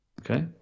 Okay